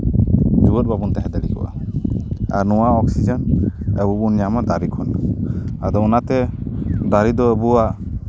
ᱡᱮᱣᱮᱫ ᱵᱟᱵᱚᱱ ᱛᱟᱦᱮᱸ ᱫᱟᱲᱮ ᱠᱮᱭᱟ ᱟᱨ ᱱᱚᱣᱟ ᱚᱠᱥᱤᱡᱮᱱ ᱟᱵᱚ ᱵᱚᱱ ᱧᱟᱢᱟ ᱫᱟᱨᱮ ᱠᱷᱚᱱ ᱟᱫᱚ ᱚᱱᱟᱛᱮ ᱫᱟᱨᱮ ᱫᱚ ᱟᱵᱚᱣᱟᱜ